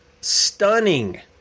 stunning